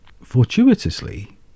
fortuitously